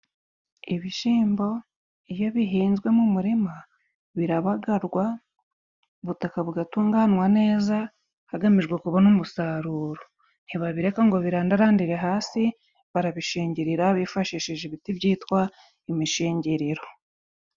Ibishyimbo iyo bihinzwe mu murima birabagarwa, ubutaka bugatunganwa neza hagamijwe kubona umusaruro. Ntibabireka ngo birandarandire hasi barabishingirira bifashishije ibiti byitwa imishingiriro.